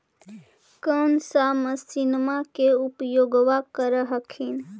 कौन सा मसिन्मा मे उपयोग्बा कर हखिन?